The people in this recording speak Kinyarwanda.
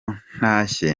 ntashye